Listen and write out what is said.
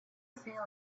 feel